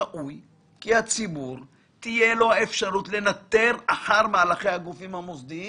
ראוי כי הציבור תהיה לו אפשרות לנטר אחר מהלכי הגופים המוסדיים,